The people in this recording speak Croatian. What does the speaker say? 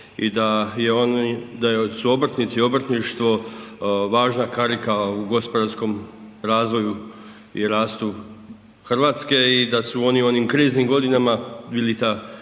i da su obrtnici i obrtništvo važna karika u gospodarskom razvoju i rastu Hrvatske i da su oni u onim kriznim godinama bili ta